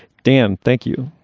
dan, thank you.